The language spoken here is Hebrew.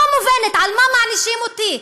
לא מובנת, על מה מענישים אותי?